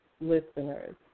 listeners